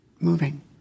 moving